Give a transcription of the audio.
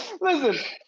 Listen